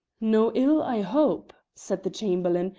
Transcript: no ill, i hope, said the chamberlain,